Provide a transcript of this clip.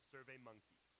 SurveyMonkey